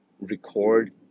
record